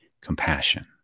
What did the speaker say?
Compassion